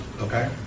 Okay